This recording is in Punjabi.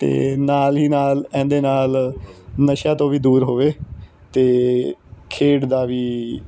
ਅਤੇ ਨਾਲ ਹੀ ਨਾਲ ਇਹਦੇ ਨਾਲ ਨਸ਼ਿਆਂ ਤੋਂ ਵੀ ਦੂਰ ਹੋਵੇ ਅਤੇ ਖੇਡ ਦਾ ਵੀ